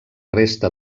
resta